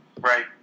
right